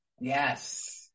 Yes